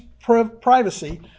privacy